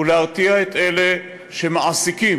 להרתיע את אלה שמעסיקים